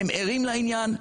הם ערים לעניין,